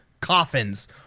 coffins